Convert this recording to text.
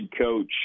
coach